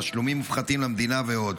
תשלומים מופחתים למדינה ועוד.